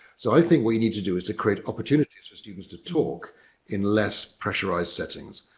so i think what you need to do is to create opportunities for students to talk in less pressurized settings.